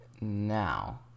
Now